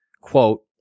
quote